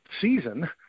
season